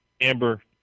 Amber